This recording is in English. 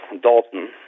Dalton